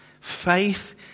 Faith